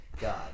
God